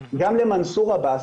גם למנסור עבאס,